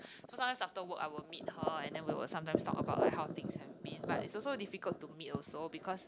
cause sometimes after work I will meet her and then we will sometimes talk about like how things have been but it's also difficult to meet also because